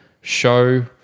show